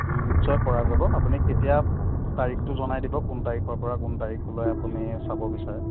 নিশ্চয় পৰা যাব আপুনি কেতিয়া তাৰিখটো জনাই দিব কোন তাৰিখৰ পৰা কোন তাৰিখলৈ আপুনি চাব বিচাৰে